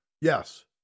Yes